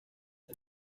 par